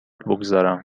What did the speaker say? بگذارم